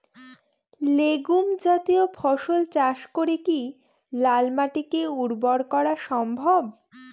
Legume জাতীয় ফসল চাষ করে কি লাল মাটিকে উর্বর করা সম্ভব?